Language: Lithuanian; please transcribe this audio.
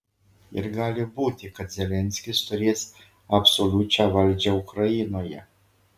ir gali būti kad zelenskis turės absoliučią valdžią ukrainoje